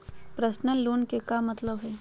Personal loan के का मतलब हई?